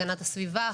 הגנת הסביבה,